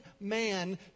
man